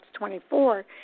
24